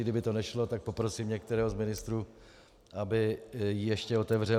Kdyby to nešlo, tak poprosím některého z ministrů, aby ji ještě otevřel.